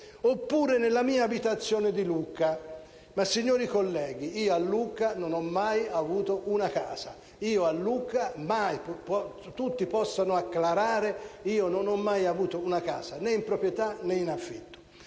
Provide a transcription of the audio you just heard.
oppure nella mia abitazione di Lucca. Ma, signori colleghi, io a Lucca non ho mai avuto casa: tutti possono acclarare che io non ho mai avuto a Lucca una casa né di proprietà né in affitto.